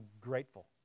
grateful